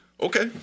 Okay